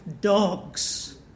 dogs